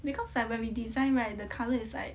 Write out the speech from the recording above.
because like when we design right the colour is like